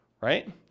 right